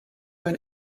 were